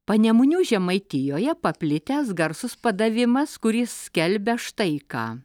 panemunių žemaitijoje paplitęs garsus padavimas kuris skelbia štai ką